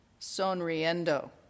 sonriendo